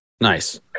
Nice